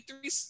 three